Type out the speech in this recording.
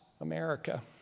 america